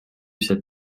cet